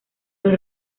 los